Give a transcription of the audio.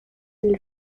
del